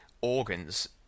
organs